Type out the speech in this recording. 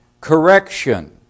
correction